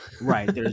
Right